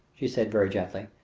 she said very gently,